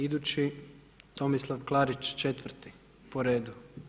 Idući, Tomislav Klarić četvrti po redu.